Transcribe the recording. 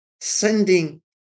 sending